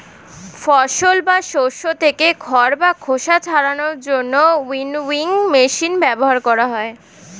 ফসল বা শস্য থেকে খড় বা খোসা ছাড়ানোর জন্য উইনউইং মেশিন ব্যবহার করা হয়